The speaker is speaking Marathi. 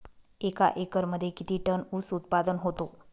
एका एकरमध्ये किती टन ऊस उत्पादन होतो?